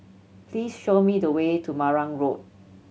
please show me the way to Marang Road